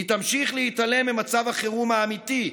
היא תמשיך להתעלם ממצב החירום האמיתי.